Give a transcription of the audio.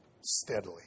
steadily